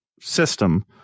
system